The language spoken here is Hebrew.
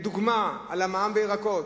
כדוגמה, על המע"מ על ירקות.